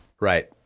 Right